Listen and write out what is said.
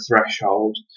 threshold